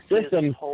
system